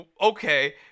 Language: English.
okay